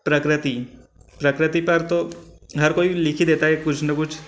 प्रकृति प्रकृति पर तो हर कोई लिख ही देता है कुछ न कुछ